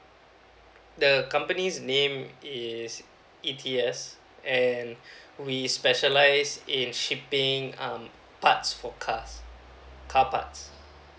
the company's name is EDS and we specialize in shipping um parts for cars car parts